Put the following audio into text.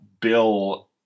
Bill